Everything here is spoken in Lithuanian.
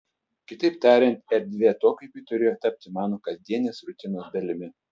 kitaip tariant erdvė atokvėpiui turėjo tapti mano kasdienės rutinos dalimi